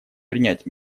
принять